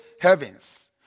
heavens